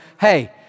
hey